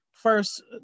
First